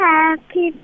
Happy